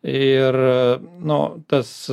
ir nu tas